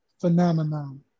Phenomenon